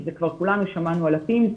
שכבר כולנו שמענו על ה-Pims,